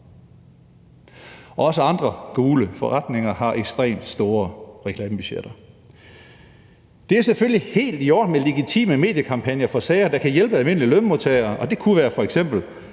Også andre gule forretninger har ekstremt store reklamebudgetter. Det er selvfølgelig helt i orden med legitime mediekampagner for sager, der kan hjælpe almindelige lønmodtagere – det kunne f.eks.